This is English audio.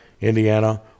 Indiana